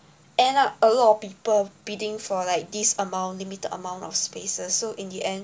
end up a lot of people bidding for like this amount limited amount of spaces so in the end